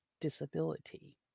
disability